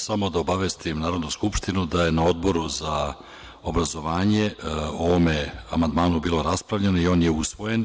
Samo da obavestim Narodnu skupštinu da je na Odboru za obrazovanje o ovom amandmanu bilo raspravljano i on je usvojen.